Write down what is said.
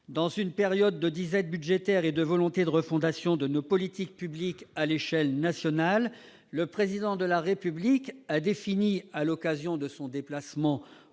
dans une période de disette budgétaire et de volonté de refondation de nos politiques publiques à l'échelle nationale, le Président de la République a défini, à l'occasion de son déplacement en